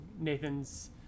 Nathan's